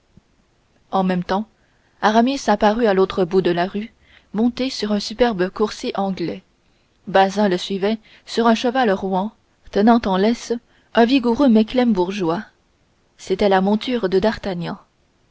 en même temps aramis apparut à l'autre bout de la rue monté sur un superbe coursier anglais bazin le suivait sur un cheval rouan tenant en laisse un vigoureux mecklembourgeois c'était la monture de d'artagnan